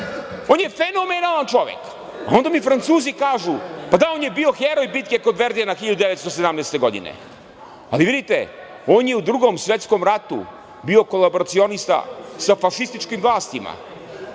on je fenomenalan čovek, onda mi Francuzi kažu, pa da on je bio heroj bitke kod Verdijana 1917. godine. Ali, vidite on je u Drugom svetskom ratu bio kolaboracionista sa fašističkim vlastima,